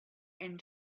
and